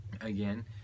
again